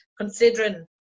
considering